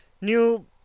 New